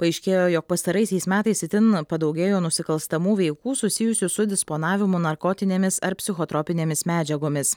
paaiškėjo jog pastaraisiais metais itin padaugėjo nusikalstamų veikų susijusių su disponavimu narkotinėmis ar psichotropinėmis medžiagomis